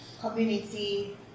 community